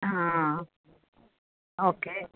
ಹಾಂ ಓಕೆ